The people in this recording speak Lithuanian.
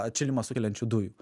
atšilimą sukeliančių dujų